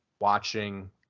watching